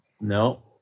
No